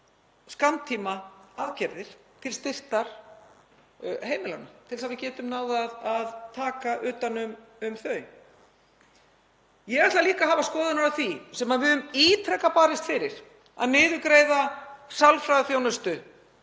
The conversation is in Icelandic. skammtímaaðgerðir til styrktar heimilunum, til þess að við getum náð að taka utan um þau. Ég ætla líka að hafa skoðanir á því sem við höfum ítrekað barist fyrir, að niðurgreiða sálfræðiþjónustu